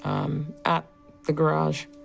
um at the garage,